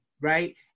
right